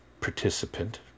participant